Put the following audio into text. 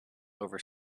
over